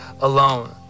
alone